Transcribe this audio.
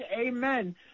Amen